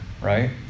right